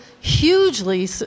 hugely